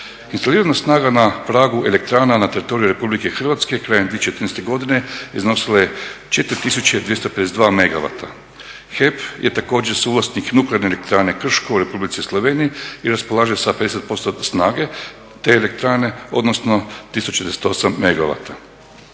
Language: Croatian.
razumije./… snaga na pragu elektrana na teritoriju RH krajem 2013. godine iznosila je 4252 megavata. HEP je također suvlasnik NE Krško u Republici Sloveniji i raspolaže sa 50% snage te elektrane, odnosno 1048